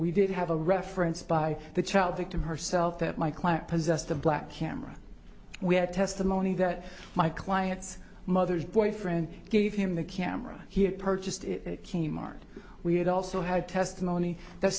we did have a reference by the child victim herself that my client possessed a black camera we had testimony that my client's mother's boyfriend gave him the camera he had purchased kmart we had also had testimony that